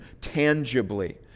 tangibly